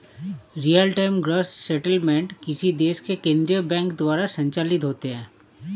real time gross settlement किसी देश के केन्द्रीय बैंक द्वारा संचालित होते हैं